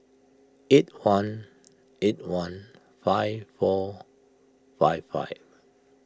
eight one eight one five four five five